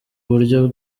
buryo